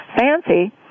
fancy